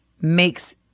makes